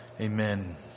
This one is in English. Amen